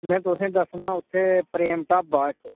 में तुसेंगी दस्सनां उत्थें प्रेम ढाबा इक